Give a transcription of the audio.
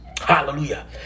Hallelujah